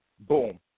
Boom